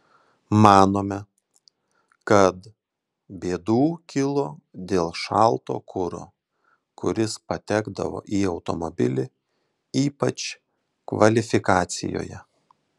manome kad bėdų kilo dėl šalto kuro kuris patekdavo į automobilį ypač kvalifikacijoje